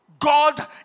God